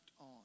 on